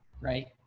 right